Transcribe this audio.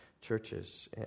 churches